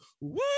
woo